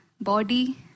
body